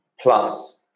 plus